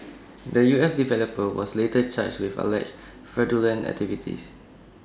the U S developer was later charged with alleged fraudulent activities